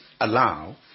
allow